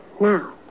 Now